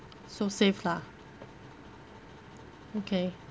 so safe lah okay